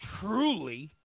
truly